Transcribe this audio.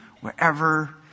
wherever